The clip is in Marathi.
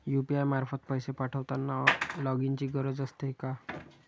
यु.पी.आय मार्फत पैसे पाठवताना लॉगइनची गरज असते का?